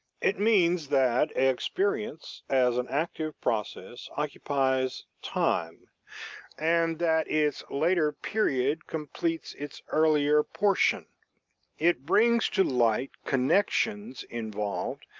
it means that experience as an active process occupies time and that its later period completes its earlier portion it brings to light connections involved,